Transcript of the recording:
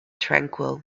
tranquil